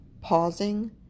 pausing